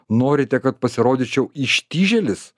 norite kad pasirodyčiau ištižėlis